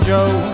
Joe